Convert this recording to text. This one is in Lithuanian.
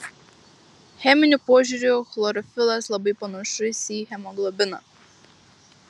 cheminiu požiūriu chlorofilas labai panašus į hemoglobiną